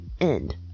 end